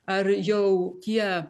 ar jau tie